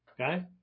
Okay